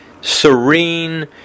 serene